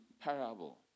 parable